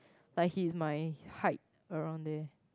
like he's my height around there